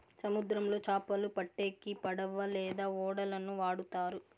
సముద్రంలో చాపలు పట్టేకి పడవ లేదా ఓడలను వాడుతారు